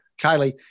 Kylie